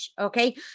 okay